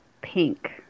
pink